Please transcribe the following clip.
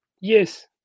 Yes